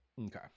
Okay